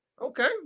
Okay